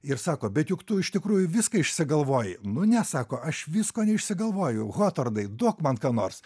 ir sako bet juk tu iš tikrųjų viską išsigalvoji nu ne sako aš visko neišsigalvojau hotornai duok man ką nors